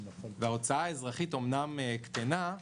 ההוצאה האזרחית אמנם קטנה,